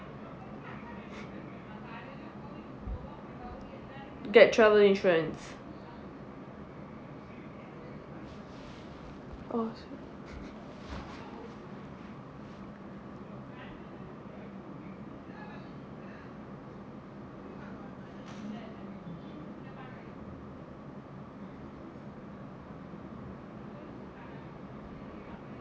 dead travel insurance oh